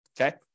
Okay